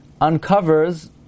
uncovers